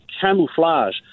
camouflage